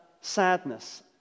sadness